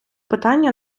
питання